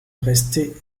restée